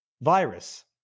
virus